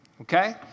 okay